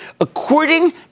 According